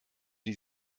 die